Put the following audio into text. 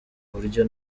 buryo